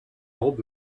old